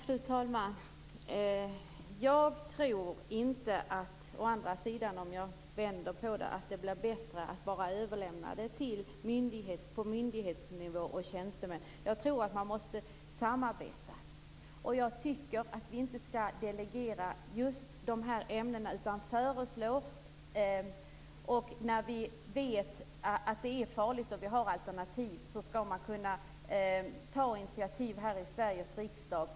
Fru talman! Om jag vänder på frågan kan jag säga att jag inte tror att någonting blir bättre av att överlämna det till myndigheter och tjänstemän. Jag tror att man måste samarbeta. Jag tycker inte att vi skall delegera initiativrätten i dessa frågor, utan vi skall kunna lägga fram förslag. När vi vet att ett ämne är farligt och vi har alternativ skall vi kunna ta initiativ här i Sveriges riksdag.